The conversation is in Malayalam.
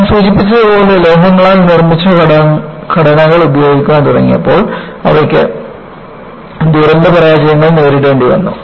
ഞാൻ സൂചിപ്പിച്ചതുപോലെ ലോഹങ്ങളാൽ നിർമ്മിച്ച ഘടനകൾ ഉപയോഗിക്കാൻ തുടങ്ങിയപ്പോൾ അവയ്ക്ക് ദുരന്ത പരാജയങ്ങൾ നേരിടേണ്ടിവന്നു